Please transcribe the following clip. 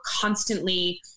constantly